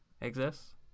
exists